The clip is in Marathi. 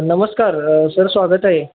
नमस्कार सर स्वागत आहे